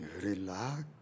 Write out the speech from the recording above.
relax